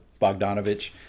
Bogdanovich